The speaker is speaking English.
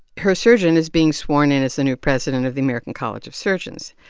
her surgeon is being sworn in as the new president of the american college of surgeons.